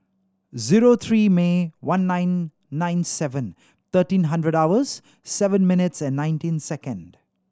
zero three May one nine nine seven thirteen hundred hours seven minutes and nineteen second